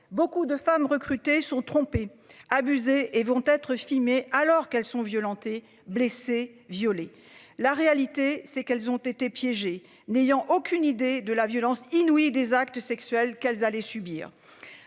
Beaucoup de femmes recrutées sont trompés abusés et vont être filmé, alors qu'elles sont violentées blessées violées. La réalité c'est qu'elles ont été piégées n'ayant aucune idée de la violence inouïe des actes sexuels qu'elles allaient subir